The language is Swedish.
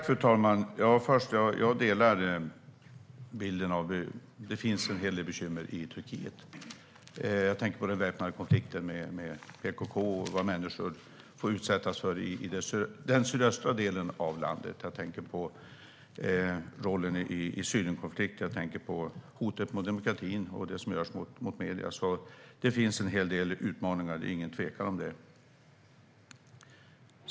Fru talman! Jag delar bilden att det finns en hel del bekymmer i Turkiet. Jag tänker på den väpnade konflikten med PKK och vad människor utsätts för i den sydöstra delen av landet. Jag tänker på rollen i Syrienkonflikten, hotet mot demokratin och det som görs mot medierna. Det finns en hel del utmaningar. Det är ingen tvekan om det.